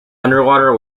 underwater